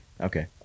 Okay